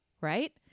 Right